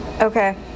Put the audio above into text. Okay